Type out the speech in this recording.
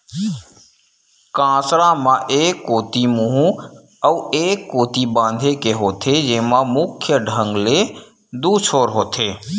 कांसरा म एक कोती मुहूँ अउ ए कोती बांधे के होथे, जेमा मुख्य ढंग ले दू छोर होथे